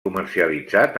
comercialitzat